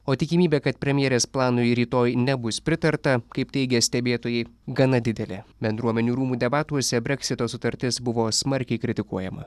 o tikimybė kad premjerės planui rytoj nebus pritarta kaip teigia stebėtojai gana didelė bendruomenių rūmų debatuose breksito sutartis buvo smarkiai kritikuojama